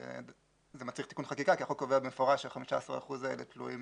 זה מצריך תיקון חקיקה כי החוק קובע במפורש שה-15% האלה תלויים